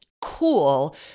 cool